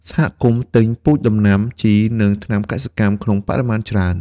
សហគមន៍ទិញពូជដំណាំ ជី និងថ្នាំកសិកម្មក្នុងបរិមាណច្រើន។